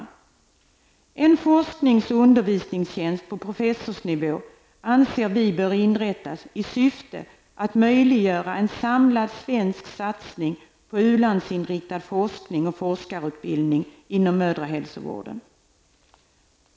Vi anser att en forsknings och undervisningstjänst på professorsnivå bör inrättas i syfte att möjliggöra en samlad svensk satsning på u-landsinriktad forskning och forskarutbildning inom mödrahälsovården.